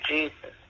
Jesus